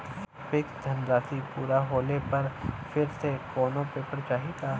Fix धनराशी पूरा होले पर फिर से कौनो पेपर चाही का?